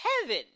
heaven